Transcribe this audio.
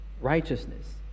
righteousness